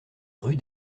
rue